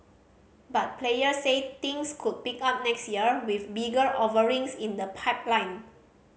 but players say things could pick up next year with bigger offerings in the pipeline